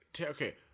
Okay